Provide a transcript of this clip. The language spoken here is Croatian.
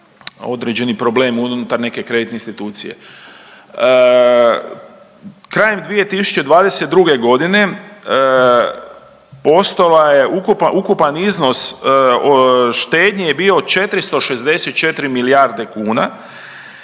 određeni problem unutar neke kreditne institucije. Krajem 2022. godine postojao je ukupan iznos štednje je bio 464 milijarde kuna,